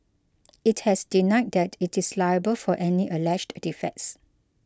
it has denied that it is liable for any alleged defects